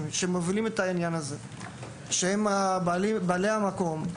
שמובילים את העניין הזה והם בעלי המקום.